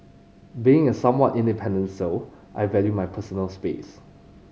being a somewhat independent soul I value my personal space